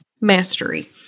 mastery